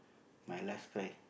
my last cry